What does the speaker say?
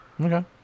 Okay